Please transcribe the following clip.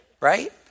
Right